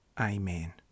Amen